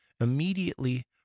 Immediately